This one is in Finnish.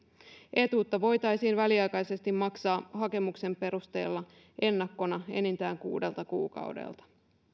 etuutta voitaisiin väliaikaisesti maksaa hakemuksen perusteella ennakkona enintään kuudelta kuukaudelta